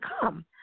come